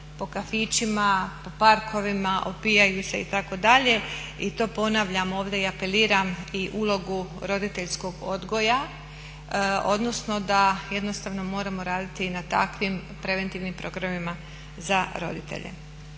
po kafićima, po parkovima, opijaju se itd. I to ponavljam ovdje i apeliram i ulogu roditeljskog odgoja, odnosno da jednostavno moramo raditi i na takvim preventivnim programima za roditelje.